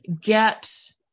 get